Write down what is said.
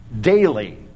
daily